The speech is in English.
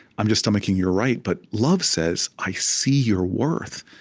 i'm just stomaching your right. but love says, i see your worth.